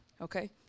Okay